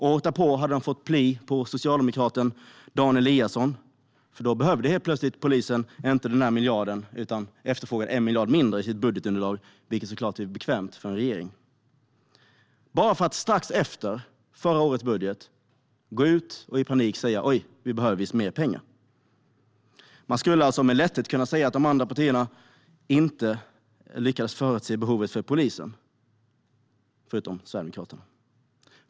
Året därpå hade de fått pli på socialdemokraten Dan Eliasson, för då behövde polisen helt plötsligt inte den där miljarden utan efterfrågade 1 miljard mindre - det var såklart bekvämt för regeringen - bara för att strax efter att förra årets budget kommit i panik säga: Oj, vi behöver visst mer pengar! Man skulle med lätthet kunna säga att inget parti förutom Sverigedemokraterna lyckades förutse behovet hos polisen.